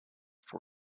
for